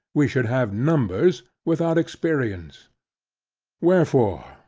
we should have numbers, without experience wherefore,